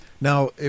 Now